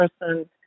person